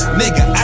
nigga